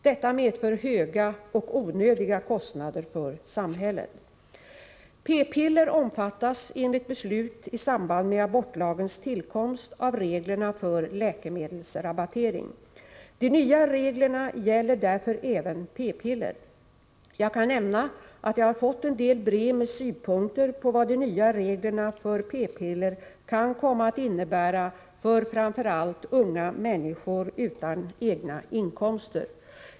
Detta medför höga och byggande Verksar onödiga kostnader för samhället. felen P-piller omfattas enligt beslut i samband med abortlagens tillkomst av reglerna för läkemedelsrabattering. De nya reglerna gäller därför även p-piller. Jag kan nämna att jag har fått en del brev med synpunkter på vad de nya reglerna för p-piller kan komma att innebära för framför allt unga människor utan egna inkomster.